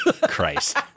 Christ